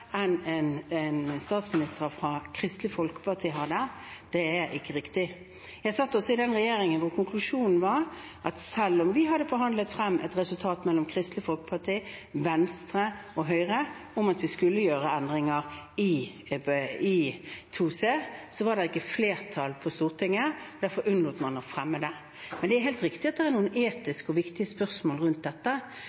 enn en statsminister fra Kristelig Folkeparti, er ikke riktig. Jeg satt også i den regjeringen der konklusjonen var at selv om vi hadde forhandlet frem et resultat mellom Kristelig Folkeparti, Venstre og Høyre om at vi skulle gjøre endringer i § 2c, var det ikke flertall på Stortinget, og derfor unnlot man å fremme det. Men det er helt riktig at det er noen